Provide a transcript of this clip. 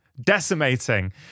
decimating